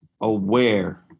aware